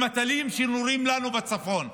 עם הטילים שנורים לנו בצפון.